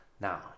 Now